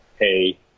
hey